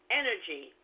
energy